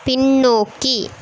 பின்னோக்கி